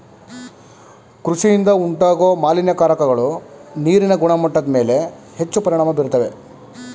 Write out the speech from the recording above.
ಕೃಷಿಯಿಂದ ಉಂಟಾಗೋ ಮಾಲಿನ್ಯಕಾರಕಗಳು ನೀರಿನ ಗುಣಮಟ್ಟದ್ಮೇಲೆ ಹೆಚ್ಚು ಪರಿಣಾಮ ಬೀರ್ತವೆ